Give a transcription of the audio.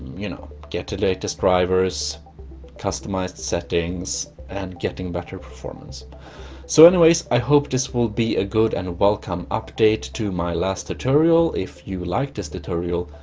you know get to latest drivers customized settings and getting better performance so anyways, i hope this will be a good and welcome update to my last tutorial if you liked this tutorial,